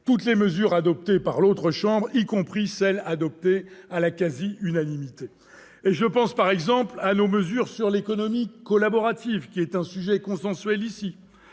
toutes les mesures adoptées par l'autre chambre, y compris celles qui l'ont été à la quasi-unanimité ? Je pense par exemple aux mesures relatives à l'économie collaborative, qui est ici un sujet consensuel.